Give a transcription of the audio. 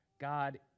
God